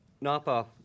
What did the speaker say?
Napa